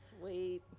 Sweet